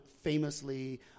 famously